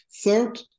Third